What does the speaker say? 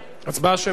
הצבעה שמית.